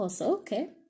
Okay